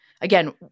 again